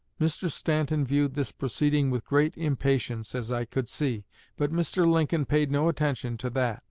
mr. stanton viewed this proceeding with great impatience, as i could see but mr. lincoln paid no attention to that.